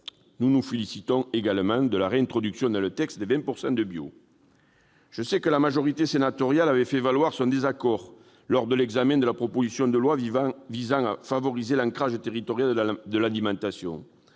Nous nous félicitons également de la réintroduction dans le texte de l'exigence de 20 % de bio. Je sais que la majorité sénatoriale avait fait valoir son désaccord lors de l'examen de la proposition de loi visant à favoriser l'ancrage territorial de l'alimentation.